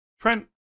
Trent